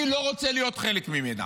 אני לא רוצה להיות חלק ממנה.